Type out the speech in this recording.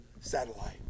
satellite